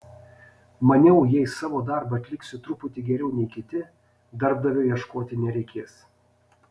maniau jei savo darbą atliksiu truputį geriau nei kiti darbdavio ieškoti nereikės